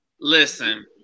Listen